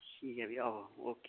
ठीक ऐ फ्ही आओ ओके